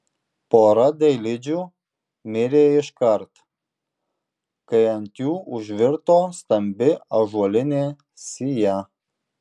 pora dailidžių mirė iškart kai ant jų užvirto stambi ąžuolinė sija